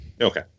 Okay